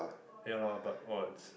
ya lor but !wah! it's